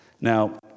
Now